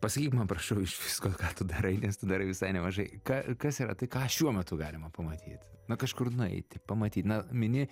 pasakyk man prašau iš visko ką tu darai nes tu darai visai nemažai ką kas yra tai ką šiuo metu galima pamatyt kažkur nueiti pamatyt na mini